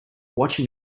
watching